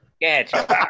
get